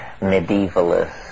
medievalist